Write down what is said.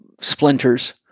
splinters